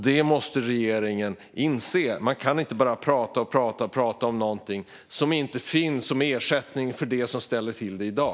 Det måste regeringen inse. Man kan inte bara prata om någonting som inte finns och se det som en ersättning för det som ställer till det i dag.